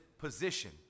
position